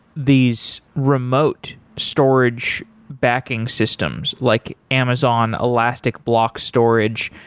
these remote storage backing systems, like amazon elastic block storage,